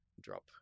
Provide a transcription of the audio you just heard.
drop